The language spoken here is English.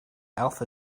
alpha